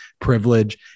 privilege